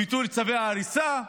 ביטול צווי ההריסה.